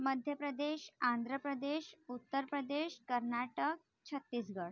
Madhya Pradesh Andhra Pradesh Uttar Pradesh Karnataka Chhattisgarh